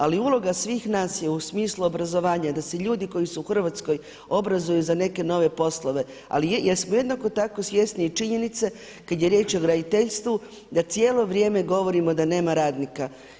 Ali uloga svih nas je u smislu obrazovanja da se ljudi koji su u Hrvatskoj obrazuju za neke nove poslove ali jer smo jednako tako svjesni i činjenice kada je riječ o graditeljstvu da cijelo vrijeme govorimo da nema radnika.